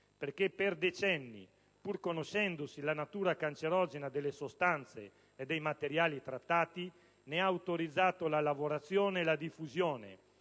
perché per anni, pur conoscendo la natura cancerogena delle sostanze e dei materiali trattati, ne ha autorizzato la lavorazione e la diffusione,